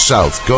South